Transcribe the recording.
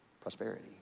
Prosperity